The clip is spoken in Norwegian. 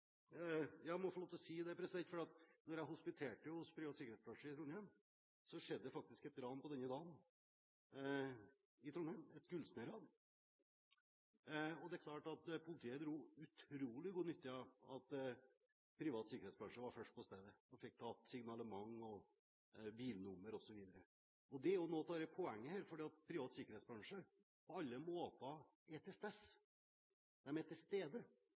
Jeg må få lov til å si at da jeg hospiterte hos privat sikkerhetsbransje i Trondheim, skjedde det faktisk et gullsmedran i Trondheim denne dagen. Det er klart at politiet dro utrolig god nytte av at privat sikkerhetsbransje var først på stedet og fikk tatt signalement, bilnummer osv. Det er noe av poenget her, for privat sikkerhetsbransje er på alle måter til stede.